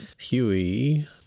Huey